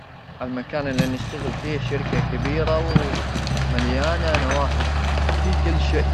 ما ادري والله المكان اللي نشتغل فيه شركه كبيره ومليانه نوافذ في كل شيء